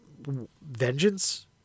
vengeance